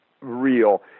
real